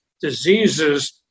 diseases